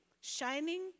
shining